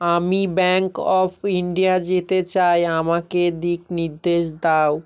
আমি bank of India যেতে চাই আমাকে দিক নির্দেশ দাও